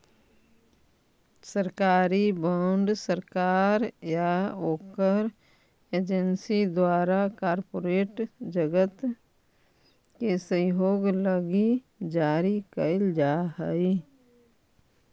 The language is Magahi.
सरकारी बॉन्ड सरकार या ओकर एजेंसी द्वारा कॉरपोरेट जगत के सहयोग लगी जारी कैल जा हई